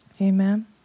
Amen